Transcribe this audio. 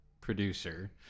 producer